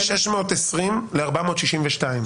מ-620,000 ל-462,000.